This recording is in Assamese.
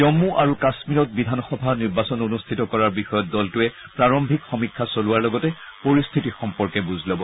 জম্মু আৰু কাশ্মীৰত বিধানসভা নিৰ্বাচন অনুষ্ঠিত কৰাৰ বিষয়ত দলটোৱে প্ৰাৰম্ভিক সমীক্ষা চলোৱাৰ লগতে পৰিস্থিতি সম্পৰ্কে বুজ লব